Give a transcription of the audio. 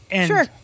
Sure